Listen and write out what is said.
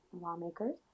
Lawmakers